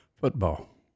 Football